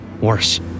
worse